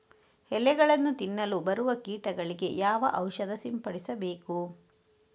ಎಲೆಗಳನ್ನು ತಿನ್ನಲು ಬರುವ ಕೀಟಗಳಿಗೆ ಯಾವ ಔಷಧ ಸಿಂಪಡಿಸಬೇಕು?